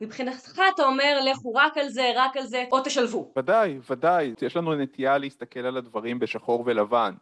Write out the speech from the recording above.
מבחינתך אתה אומר לכו רק על זה, רק על זה, או תשלבו. ודאי, ודאי. יש לנו הנטייה להסתכל על הדברים בשחור ולבן.